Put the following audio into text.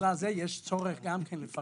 בגלל זה יש גם צורך לפרט.